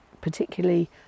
particularly